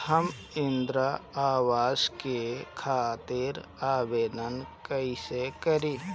हम इंद्रा अवास के खातिर आवेदन कइसे करी?